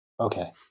Okay